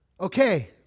Okay